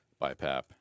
BiPAP